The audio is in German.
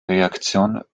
reaktion